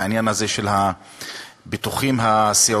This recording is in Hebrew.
העניין הזה של הביטוחים הסיעודיים,